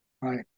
Right